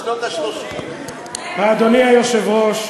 אדוני היושב-ראש,